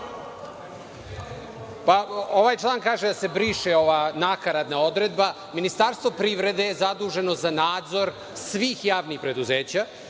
Ovaj član kaže da se briše ova nakaradna odredba. Ministarstvo privrede je zaduženo za nadzor svih javnih preduzeća